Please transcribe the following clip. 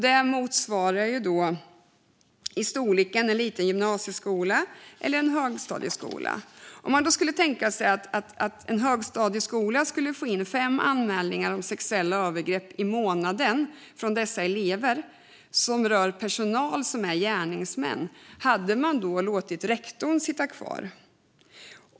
Det motsvarar i storlek en liten gymnasieskola eller en högstadieskola. Om man tänker sig att en högstadieskola skulle få in fem anmälningar om sexuella övergrepp i månaden från elever som rör personal som är gärningsmän - hade man då låtit rektorn sitta kvar?